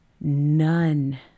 None